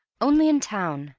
only in town,